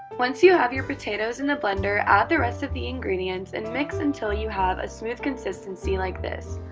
once you have your potatoes in the blender, add the rest of the ingredients and mix until you have a smooth consistency like this.